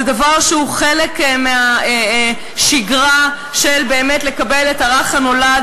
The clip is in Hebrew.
זה דבר שהוא חלק מהשגרה של לקבל את הרך הנולד